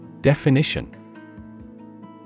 Definition